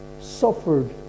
suffered